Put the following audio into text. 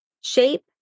Shape